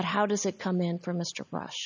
but how does it come in for mr rush